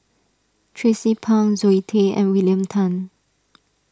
Tracie Pang Zoe Tay and William Tan